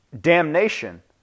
damnation